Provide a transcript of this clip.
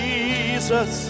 Jesus